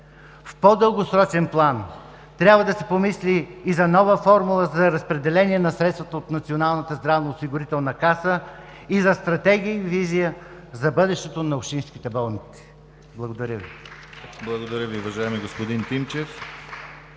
В по-дългосрочен план трябва да се помисли и за нова формула за разпределение на средствата от Националната здравноосигурителна каса и за стратегии и визия за бъдещето на общинските болници. Благодаря Ви.